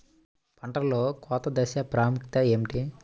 పంటలో కోత దశ ప్రాముఖ్యత ఏమిటి?